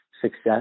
success